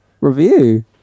review